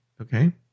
Okay